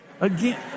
Again